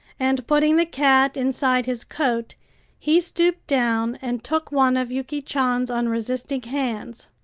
and putting the cat inside his coat he stooped down and took one of yuki chan's unresisting hands.